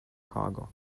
cargo